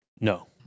no